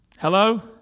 Hello